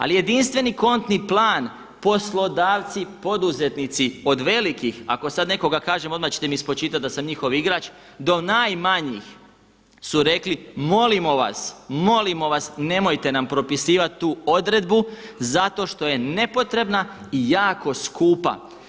Ali jedinstveni kontni plan, poslodavci poduzetnici od velikih, ako sada nekoga kažem odmah ćete mi spočitati da sam njihov igrač do najmanjih su rekli molimo vas, molimo vas nemojte nam propisivati tu odredbu zato što je nepotrebna i jako skupa.